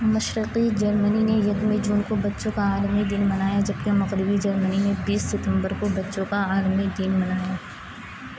مشرقی جرمنی نے یکم جون کو بچوں کا عالمی دن منایا جبکہ مغربی جرمنی نے بیس ستمبر کو بچوں کا عالمی دن منایا